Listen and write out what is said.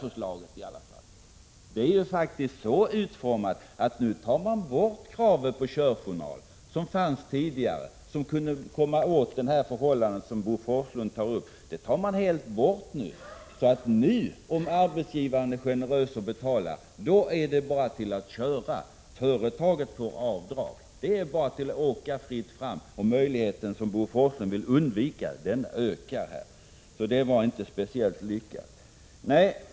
Förslaget är faktiskt så utformat att man tar bort kravet på körjournal, som tidigare funnits och som gjort att man kom åt det förhållande som Bo Forslund tar upp. Om arbetsgivaren är generös och betalar då är det bara att köra. Företaget får ju göra avdrag. Det är alltså fritt fram att åka. Den möjlighet som Bo Forslund vill stoppa ökar. Så det blir inte speciellt lyckat.